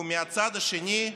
ומהצד השני,